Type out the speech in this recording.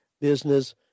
business